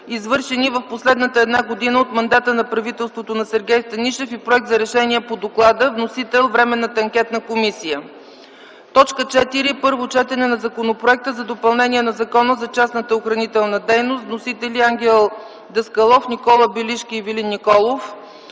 извършени в последната една година от мандата на правителството на Сергей Станишев, и проект за решение по доклада. Вносител - Временната анкетна комисия. 4. Първо четене на Законопроекта за допълнение на Закона за частната охранителна дейност. Вносители - Ангел Даскалов, Никола Белишки и Ивелин Николов.